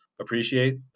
appreciate